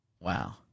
Wow